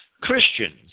Christians